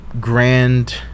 grand